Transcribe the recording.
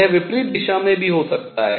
यह विपरीत दिशा में भी हो सकता है